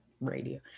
radio